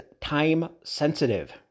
time-sensitive